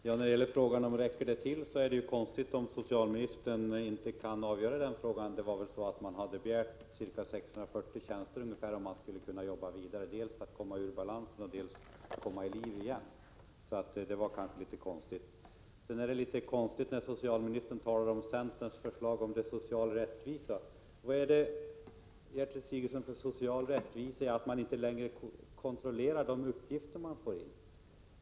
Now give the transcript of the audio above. Herr talman! Det är konstigt att socialministern inte kan avgöra om medlen räcker till. Man hade ju begärt ungefär 640 tjänster för att kunna jobba vidare med att dels komma ur balanssituationen, dels komma i takt igen. Det är också konstigt när socialministern talar om centerns förslag och social rättvisa. Vad är det, Gertrud Sigurdsen, för social rättvisa i att man inte längre kontrollerar de uppgifter som man får in?